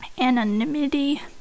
anonymity